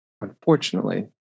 unfortunately